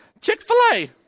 Chick-fil-A